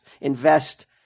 invest